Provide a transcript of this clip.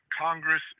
Congress